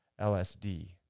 lsd